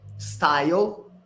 style